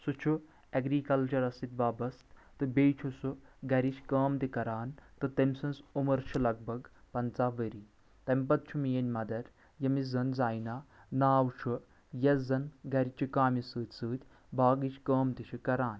سُہ چھُ اگرکلچرس سۭتۍ وابستہٕ تہٕ بییہِ چھُ سُہ گرِچ کٲم تہِ کران تہٕ تمہِ سنٛز عُمر چھِ لگ بگ پنژاہ ؤری تَمہِ پتہٕ چھِ میٲنۍ مدر ییٚمِس زن زینا ناو چھُ یۄس زن گرِچہِ کامہِ سۭتۍ سۭتۍ باگٕچ کٲم تہِ چھِ کران